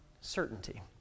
certainty